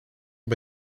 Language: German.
und